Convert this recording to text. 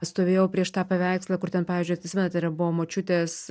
stovėjau prieš tą paveikslą kur ten pavyzdžiui atsimenat buvo močiutės